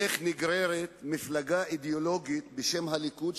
איך נגררת מפלגה אידיאולוגית בשם הליכוד,